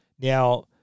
Now